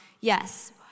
Yes